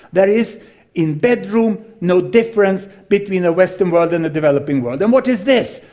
there is in bedroom no difference between the western world and the developing world. and what is this?